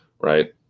Right